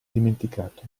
dimenticato